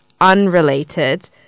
unrelated